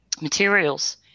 materials